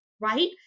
right